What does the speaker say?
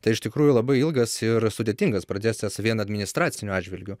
tai iš tikrųjų labai ilgas ir sudėtingas procesas vien administraciniu atžvilgiu